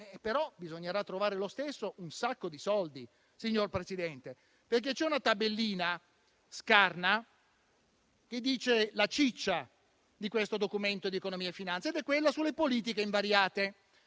però bisognerà trovare lo stesso un sacco di soldi. C'è infatti una tabellina scarna che dice la ciccia di questo Documento di economia e finanza, ed è quello sulle politiche invariate,